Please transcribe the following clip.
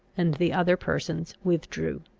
and the other persons withdrew.